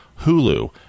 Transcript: Hulu